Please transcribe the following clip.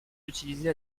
utilisés